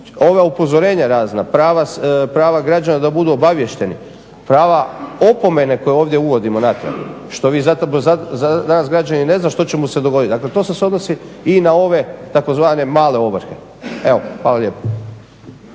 ova upozorenja razna, prava građana da budu obaviješteni, prava opomene koju ovdje uvodimo natrag što danas građanin ne zna što će mu se dogoditi. Dakle, to se sve odnosi i na ove tzv. "male ovrhe". Evo, hvala lijepo.